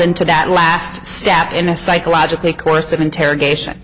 into that last step in a psychologically course of interrogation